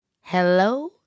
hello